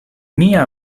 mia